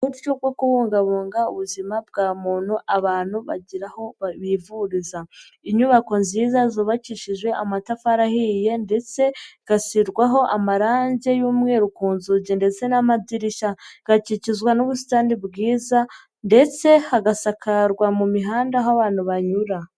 Uburyo bwo kubungabunga ubuzima bwa muntu abantu bagira aho bivuriza inyubako nziza zubakishije amatafari ahiye ndetse igashyirwaho amarangi y'umweru ku nzugi ndetse n'amadirishya igakikizwa n'ubusitani bwiza ndetse hagasakarwa mu mihanda aho abantu banyura.